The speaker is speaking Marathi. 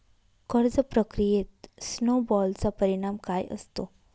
कर्ज प्रक्रियेत स्नो बॉलचा परिणाम काय असतो?